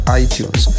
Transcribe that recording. itunes